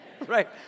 right